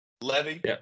Levy